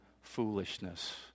foolishness